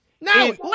No